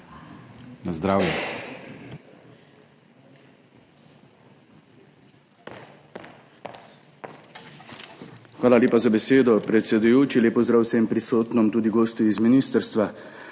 (PS SDS): Hvala lepa za besedo, predsedujoči. Lep pozdrav vsem prisotnim, tudi gostom z ministrstva!